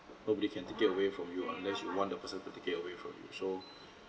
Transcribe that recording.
nobody can take it away from you unless you want the person to take it away from you so